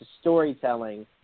storytelling